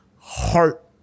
heart